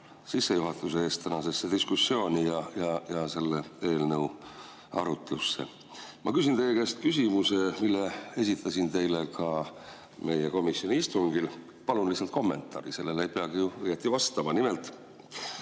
sissejuhatuse eest tänasesse diskussiooni ja selle eelnõu arutlusse! Ma küsin teie käest küsimuse, mille esitasin teile ka meie komisjoni istungil. Palun lihtsalt kommentaari, sellele ei peagi ju õieti vastama. Nimelt,